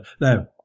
Now